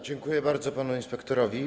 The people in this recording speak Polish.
Dziękuję bardzo panu inspektorowi.